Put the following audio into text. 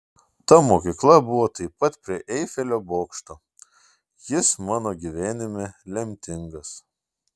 ta mokykla buvo taip pat prie eifelio bokšto jis mano gyvenime lemtingas